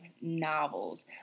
novels